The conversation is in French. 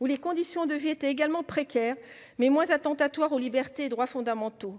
où les conditions de vie étaient également précaires, mais moins attentatoires aux libertés et droits fondamentaux.